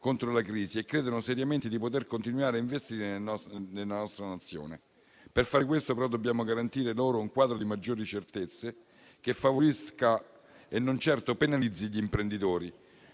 contro la crisi e credono seriamente di poter continuare a investire nella nostra Nazione. Per fare questo, però, dobbiamo garantire loro un quadro di maggiori certezze che favorisca e non certo penalizzi gli imprenditori,